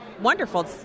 wonderful